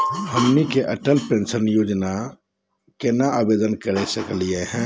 हमनी के अटल पेंसन योजना महिना केना आवेदन करे सकनी हो?